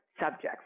subjects